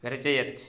रचयत्